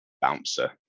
bouncer